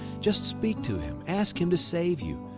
just speak to him, ask him to save you,